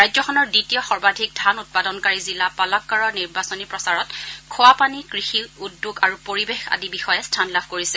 ৰাজ্যখনৰ দ্বিতীয় সৰ্বাধিক ধান উৎপাদনকাৰী জিলা পালাক্কাড়ৰ নিৰ্বাচনী প্ৰচাৰত খোৱাপানী কৃষি উদ্যোগ আৰু পৰিৱেশ আদি বিষয়ে স্থান লাভ কৰিছে